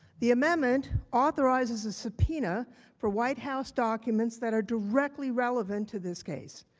the amendment authorizes the subpoena for white house documents that are directly relevant to this case.